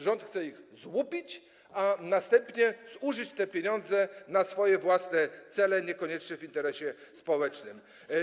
Rząd chce ich złupić, a następnie zużyć te pieniądze na swoje własne cele, niekoniecznie w interesie społecznym.